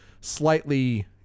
slightly